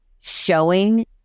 showing